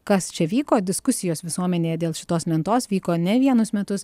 kas čia vyko diskusijos visuomenėje dėl šitos lentos vyko ne vienus metus